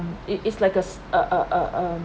it is like a s~ uh uh um